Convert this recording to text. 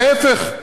להפך,